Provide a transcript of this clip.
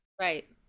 Right